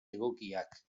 egokiak